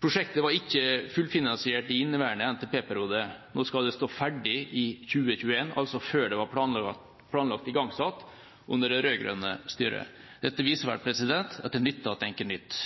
Prosjektet var ikke fullfinansiert i inneværende NTP-periode. Nå skal det stå ferdig i 2021, altså før det var planlagt igangsatt under det rød-grønne styret. Dette viser at det nytter å tenke nytt.